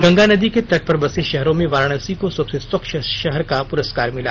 गंगा नदी के तट पर बसे शहरों में वाराणसी को सबसे स्वच्छ शहर का प्रस्कार मिला